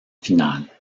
finale